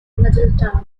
middletown